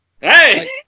Hey